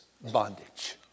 bondage